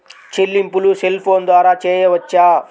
చెల్లింపులు cell phone ద్వారా చేయవచ్చా?